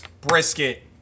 brisket